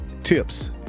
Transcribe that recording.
tips